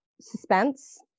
suspense